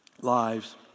lives